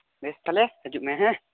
ᱵᱮᱥ ᱛᱟᱦᱞᱮ ᱦᱟᱡᱩᱜ ᱢᱮ ᱦᱮᱸ